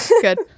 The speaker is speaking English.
Good